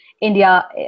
India